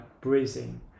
breathing